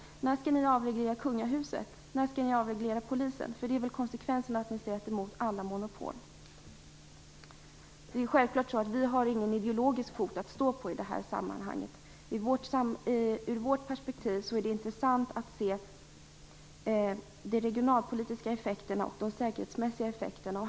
När skall ni avreglera kungahuset? När skall ni avreglera Polisen? Det är väl konsekvensen av att ni säger att ni är emot alla monopol? Det är självklart att vi inte har någon ideologisk fot att stå på i detta sammanhang. Ur vårt perspektiv är det intressant att se de regionalpolitiska och säkerhetsmässiga effekterna.